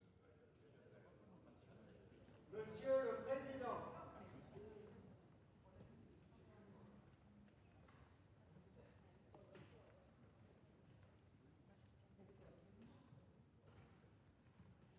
Monsieur le président,